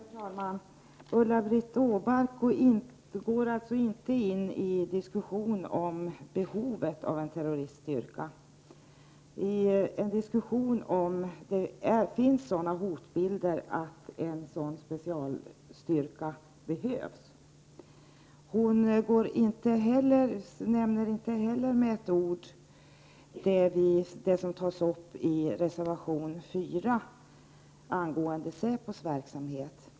Herr talman! Ulla-Britt Åbark tog alltså inte upp någon diskussion om huruvida det med tanke på hotbilden behövs en sådan här specialstyrka mot terrorism. Inte heller nämnde hon med ett ord vad som tas upp i reservation 4 angående säpo:s verksamhet.